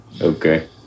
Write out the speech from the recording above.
Okay